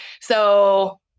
So-